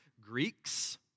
Greeks